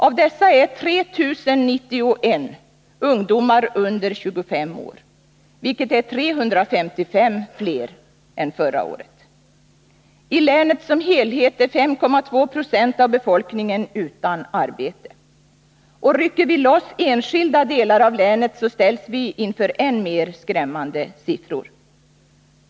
Av dessa arbetslösa är 3 091 ungdomar under 25 år, vilket är 355 fler än förra året. I länet som helhet är 5,2 20 av befolkningen utan arbete. Rycker vi loss enskilda delar av länet ställs vi inför än mer skrämmande siffror.